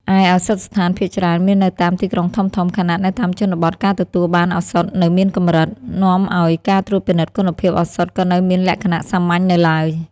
ឯឱសថស្ថានភាគច្រើនមាននៅតាមទីក្រុងធំៗ ខណៈនៅតាមជនបទ ការទទួលបានឱសថនៅមានកម្រិត នាំឱ្យការត្រួតពិនិត្យគុណភាពឱសថក៏នៅមានលក្ខណៈសាមញ្ញនៅឡើយ។